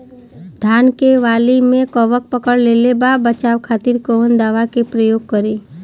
धान के वाली में कवक पकड़ लेले बा बचाव खातिर कोवन दावा के प्रयोग करी?